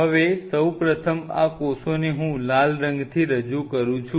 હવે સૌપ્રથમ આ કોષોને હું લાલ રંગથી રજૂ કરું છું